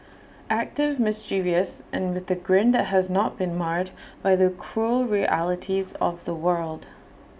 active mischievous and with A grin that has not been marred by the cruel realities of the world